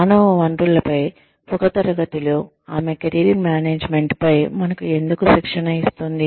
మానవ వనరులపై ఒక తరగతిలో ఆమె కెరీర్ మేనేజ్మెంట్పై మనకు ఎందుకు శిక్షణ ఇస్తోంది